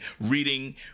reading